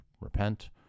repent